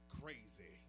crazy